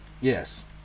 Yes